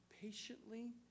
patiently